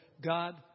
God